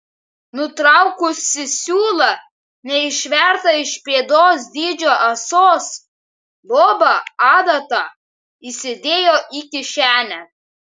nutraukusi siūlą neišvertą iš pėdos dydžio ąsos boba adatą įsidėjo į kišenę